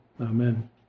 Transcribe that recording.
Amen